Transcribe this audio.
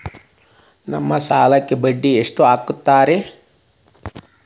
ನಮ್ ಸಾಲಕ್ ಬಡ್ಡಿ ಎಷ್ಟು ಹಾಕ್ತಾರ?